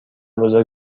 بزرگ